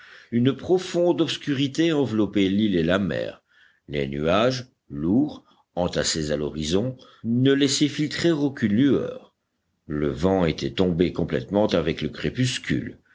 une profonde obscurité enveloppait l'île et la mer les nuages lourds entassés à l'horizon ne laissaient filtrer aucune lueur le vent était tombé complètement avec le crépuscule